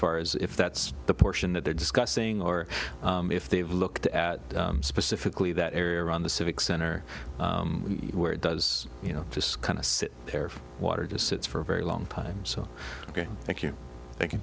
far as if that's the portion that they're discussing or if they've looked at specifically that area around the civic center where it does you know just kind of sit there for water just sits for a very long time so ok thank you thank you